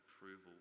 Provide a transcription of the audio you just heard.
approval